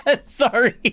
sorry